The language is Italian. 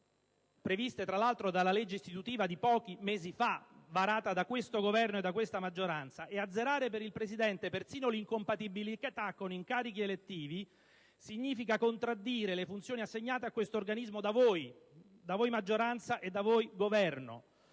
stabilite tra l'altro dalla legge istitutiva varata pochi mesi fa dal Governo e dalla maggioranza, ed azzerare per il presidente persino l'incompatibilità con incarichi elettivi, significa contraddire le funzioni assegnate a questo organismo dalla maggioranza e dal Governo.